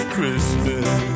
Christmas